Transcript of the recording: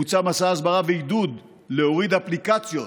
בוצע מסע הסברה ועידוד להוריד אפליקציות